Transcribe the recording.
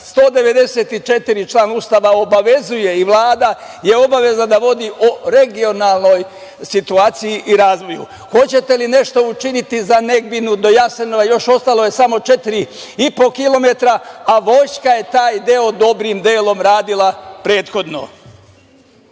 194. Ustava obavezuje i Vlada je obavezna da vodi o regionalnoj situaciji i razvoju. Hoćete li nešto učiniti za Negbinu do Jasenova, ostalo je još samo 4,5 kilometra, a vojska je taj deo dobrim delom radila prethodno?